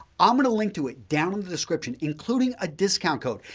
i'm going to link to it down in the description including a discount code.